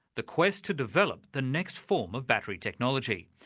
the quest to develop the next form of battery technology.